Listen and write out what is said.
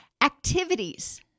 Activities